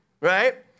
right